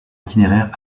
itinéraire